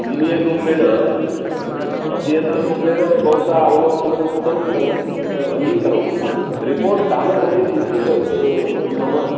engineer रूपेण अभियन्तारूपेण भवतः अवलोकनं कृतं तद् अङ्गीकरोमि रिपोर्ट् दानसमये किञ्चित् मम